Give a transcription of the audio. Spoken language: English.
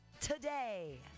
today